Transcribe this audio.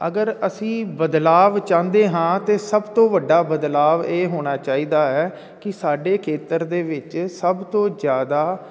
ਅਗਰ ਅਸੀਂ ਬਦਲਾਵ ਚਾਹੁੰਦੇ ਹਾਂ ਤਾਂ ਸਭ ਤੋਂ ਵੱਡਾ ਬਦਲਾਵ ਇਹ ਹੋਣਾ ਚਾਹੀਦਾ ਹੈ ਕਿ ਸਾਡੇ ਖੇਤਰ ਦੇ ਵਿੱਚ ਸਭ ਤੋਂ ਜ਼ਿਆਦਾ